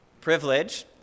privilege